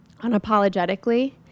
unapologetically